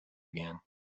again